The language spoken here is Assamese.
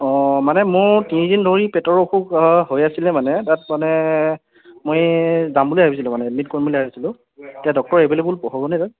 অঁ মানে মোৰ তিনিদিন ধৰি পেটৰ অসুখ হৈ আছিলে মানে তাত মানে মই যাম বুলি ভাবিছিলোঁ মানে এডমিট কৰিম বুলি ভাবিছিলোঁ এতিয়া ডক্টৰ এভেইলেৱল হ'ব নে তাত